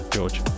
George